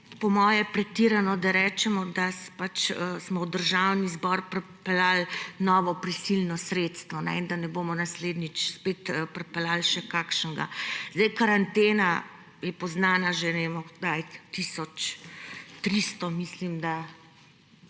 po moje je pretirano, da rečemo, da smo v Državni zbor pripeljali novo prisilno sredstvo in da ne bomo naslednjič spet pripeljali še kakšno. Karantena je poznana že, ne vem od kdaj, 1300, mislim, da